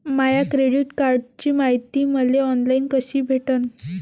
माया credit कार्डची मायती मले ऑनलाईन कसी भेटन?